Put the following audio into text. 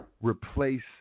replace